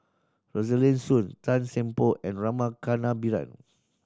Rosaline Soon Tan Seng Poh and Rama Kannabiran